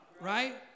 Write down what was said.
Right